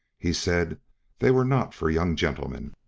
he said they were not for young gentlemen.